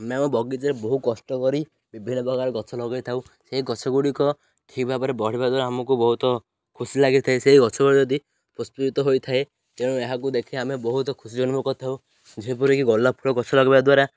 ଆମେ ଆମ ବଗିଚାରେ ବହୁ କଷ୍ଟ କରି ବିଭିନ୍ନ ପ୍ରକାର ଗଛ ଲଗେଇଥାଉ ସେଇ ଗଛ ଗୁଡ଼ିକ ଠିକ୍ ଭାବରେ ବଢ଼ିବା ଦ୍ୱାରା ଆମକୁ ବହୁତ ଖୁସି ଲାଗିଥାଏ ସେଇ ଗଛ ଯଦି ପ୍ରସ୍ଫୁଟିତ ହୋଇଥାଏ ତେଣୁ ଏହାକୁ ଦେଖି ଆମେ ବହୁତ ଖୁସି ଅନୁଭବ କରିଥାଉ ଯେପରିକି ଗୋଲାପ ଫୁଳ ଗଛ ଲଗାଇବା ଦ୍ୱାରା